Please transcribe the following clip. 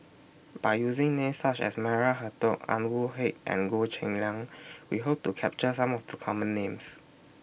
By using Names such as Maria Hertogh Anwarul Haque and Goh Cheng Liang We Hope to capture Some of The Common Names